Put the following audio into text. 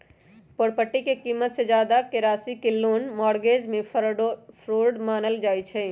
property के कीमत से जादा के राशि के लोन मोर्गज में फरौड मानल जाई छई